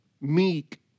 meek